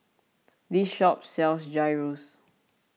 this shop sells Gyros